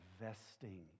investing